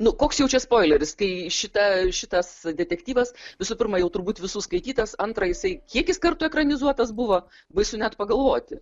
nu koks jau čia spoileris kai šita šitas detektyvas visų pirma jau turbūt visų skaitytas antrą jisai kiekis kartų ekranizuotas buvo baisu net pagalvoti